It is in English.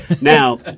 Now